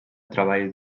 treball